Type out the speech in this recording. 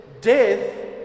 death